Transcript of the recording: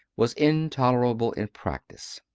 was intolerable in practice.